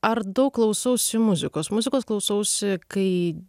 ar daug klausausi muzikos muzikos klausausi kai